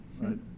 Right